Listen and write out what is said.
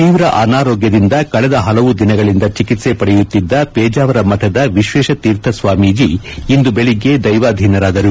ತೀವ್ರ ಅನಾರೋಗ್ಯದಿಂದ ಕಳೆದ ಹಲವು ದಿನಗಳಿಂದ ಚಿಕಿತ್ಪೆ ಪಡೆಯುತ್ತಿದ್ದ ಪೇಜಾವರ ಮಠದ ವಿಶ್ವೇಶತೀರ್ಥ ಸ್ವಾಮೀಜಿ ಇಂದು ಬೆಳಗ್ಗೆ ದೈವಾಧೀನರಾದರು